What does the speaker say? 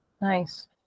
Nice